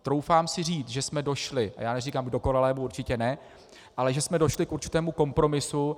Troufám si říct, že jsme došli neříkám k dokonalému, určitě ne, ale že jsme došli k určitému kompromisu.